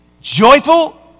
joyful